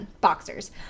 boxers